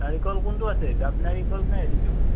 নাৰিকল কোনটো আছে ডাব নাৰিকল নে হেৰিটো